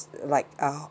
like uh